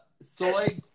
Soy